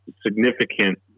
significant